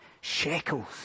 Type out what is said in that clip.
shekels